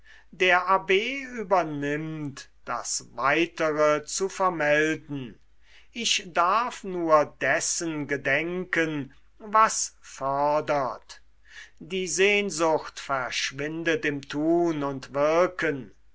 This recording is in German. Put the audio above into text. der abb übernimmt das weitere zu vermelden ich darf nur dessen gedenken was fördert die sehnsucht verschwindet im tun und wirken